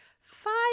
five